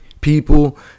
people